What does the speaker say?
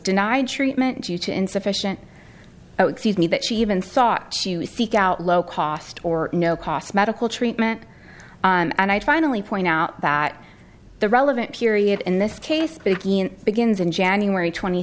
denied treatment due to insufficient need that she even sought to seek out low cost or no cost medical treatment and i finally point out that the relevant period in this case begins in january twenty